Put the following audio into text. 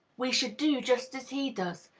we should do just as he does,